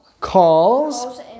calls